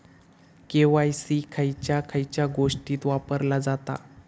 KYC खयच्या खयच्या गोष्टीत वापरला जाता?